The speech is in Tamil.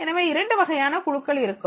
எனவே இரண்டு வகையான குழுக்கள் இருக்கும்